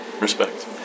respect